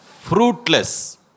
Fruitless